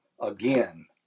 Again